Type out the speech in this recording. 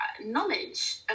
knowledge